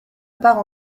part